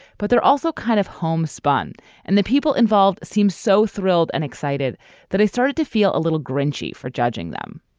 but they're also kind of homespun and the people involved seem so thrilled and excited that i started to feel a little grungy for judging them.